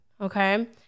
Okay